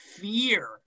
fear